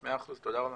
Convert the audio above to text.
מאה אחוז, תודה רבה.